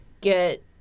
get –